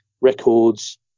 records